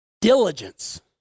diligence